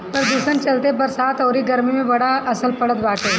प्रदुषण के चलते बरसात अउरी गरमी पे बड़ा असर पड़ल बाटे